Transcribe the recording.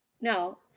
no